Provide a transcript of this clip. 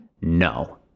no